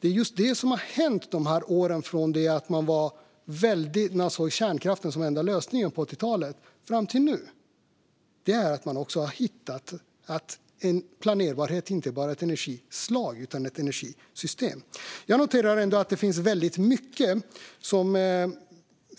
Det är just detta som har hänt under åren från det att man såg kärnkraften som den enda lösningen, på 80-talet, fram till nu. Man har hittat en planerbarhet inte bara för ett energislag utan för ett energisystem. Jag noterar ändå att det finns mycket som